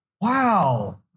Wow